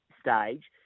stage